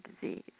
disease